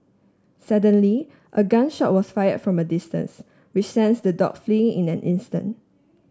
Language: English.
suddenly a gun shot was fire from a distance which sends the dog flee in an instant